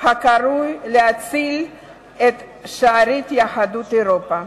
ההירואי להציל את שארית יהדות אירופה.